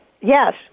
yes